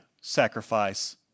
sacrifice